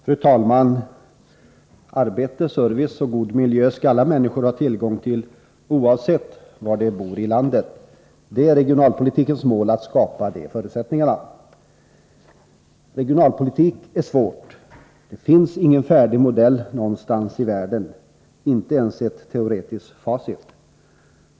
Fru talman! Arbete, service och god miljö skall alla människor ha tillgång till, oavsett var de bor i landet. Det är regionalpolitikens mål att skapa de förutsättningarna. Regionalpolitik är svårt. Det finns ingen färdig modell någonstans i världen — inte ens ett teoretiskt facit.